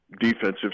defensive